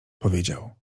powiedział